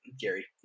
Gary